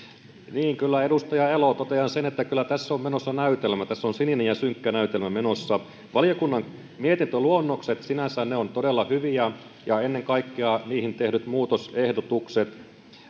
niin kyllä edustaja elo totean sen että kyllä tässä on menossa näytelmä tässä on sininen ja synkkä näytelmä menossa valiokunnan mietintöluonnokset sinänsä ovat todella hyviä ja ennen kaikkea niihin tehdyt muutosehdotukset